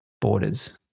borders